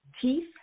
teeth